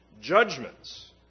judgments